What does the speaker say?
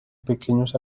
pequeños